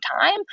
time